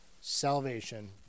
salvation